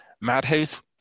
Madhouse